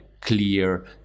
clear